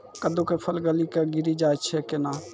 कददु के फल गली कऽ गिरी जाय छै कैने?